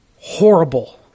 horrible